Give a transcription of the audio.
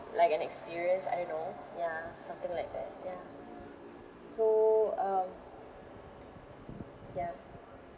like an experience I don't know ya something like that ya so um ya